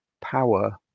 power